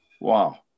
Wow